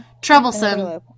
Troublesome